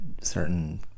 certain